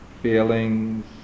feelings